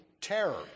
terror